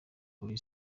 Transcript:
kuri